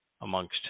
Amongst